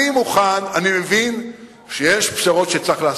אני מוכן, אני מבין שיש פשרות שצריך לעשות.